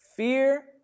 Fear